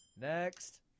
next